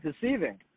deceiving